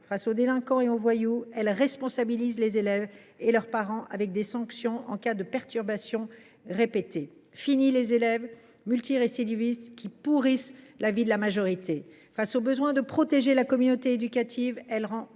Face aux délinquants et aux voyous, ce texte responsabilise les élèves et leurs parents des sanctions prévues en cas de perturbations répétées. Fini les élèves multirécidivistes qui pourrissent la vie de la majorité ! Face au besoin de protéger la communauté éducative, il rend